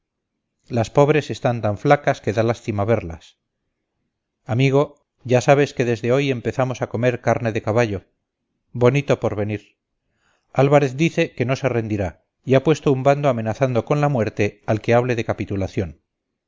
las pobres están tan flacas que da lástima verlas amigo ya sabes que desde hoy empezamos a comer carne de caballo bonito porvenir álvarez dice que no se rendirá y ha puesto un bando amenazando con la muerte al que hable de capitulación